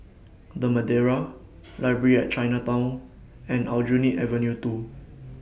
The Madeira Library At Chinatown and Aljunied Avenue two